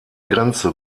grenze